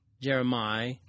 Jeremiah